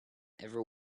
ever